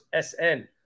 sn